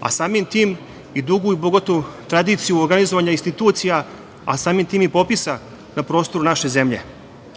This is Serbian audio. a samim tim i dugu i bogatu tradiciju organizovanja institucija, a samim tim i popisa na prostoru naše zemlje.